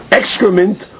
excrement